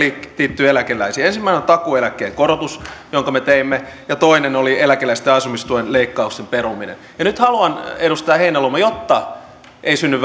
liittyvät eläkeläisiin ensimmäinen on takuueläkkeen korotus jonka me teimme ja toinen oli eläkeläisten asumistuen leikkauksen peruminen nyt haluan edustaja heinäluoma jotta ei synny